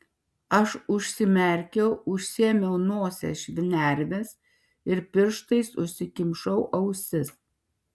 aš užsimerkiau užsiėmiau nosies šnerves ir pirštais užsikimšau ausis